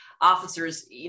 officers